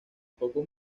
pocos